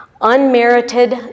unmerited